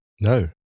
no